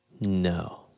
no